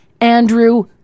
Andrew